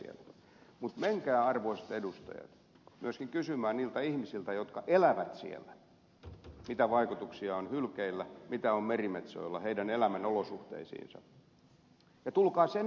mutta menkää arvoisat edustajat myöskin kysymään niiltä ihmisiltä jotka elävät siellä mitä vaikutuksia on hylkeillä mitä vaikutuksia on merimetsoilla heidän elämän olosuhteisiinsa ja tulkaa sen jälkeen puhumaan tänne